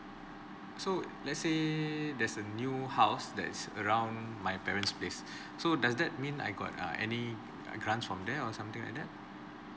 so let's say there's a new house that's around my parent's place so does that mean I got uh any grant from there or something like that